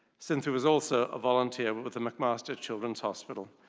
sinthu is also a volunteer but with the mcmaster children's hospital.